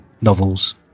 novels